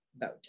vote